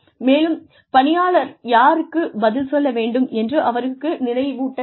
மேலும் பணியாளர் யாருக்குப் பதில் சொல்ல வேண்டும் என்று அவர்களுக்கு நினைவூட்ட வேண்டும்